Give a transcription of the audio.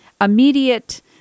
immediate